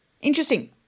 Interesting